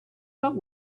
but